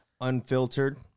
unfiltered